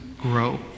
grow